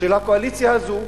לקואליציה הזאת,